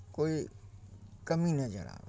कोइ कमी नहि रहै